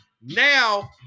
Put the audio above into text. Now